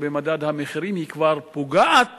ביותר, במדד המחירים כבר פוגעת